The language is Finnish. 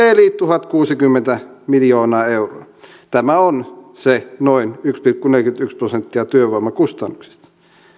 eli tuhatkuusikymmentä miljoonaa euroa tämä on se noin yksi pilkku neljäkymmentäyksi prosenttia työvoimakustannuksista